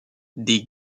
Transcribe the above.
des